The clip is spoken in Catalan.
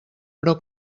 però